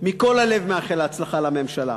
מכל הלב מאחל הצלחה לממשלה,